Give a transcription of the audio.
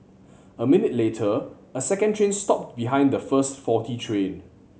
a minute later a second train stopped behind the first faulty train